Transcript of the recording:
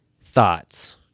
thoughts